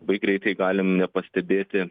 labai greitai galim nepastebėti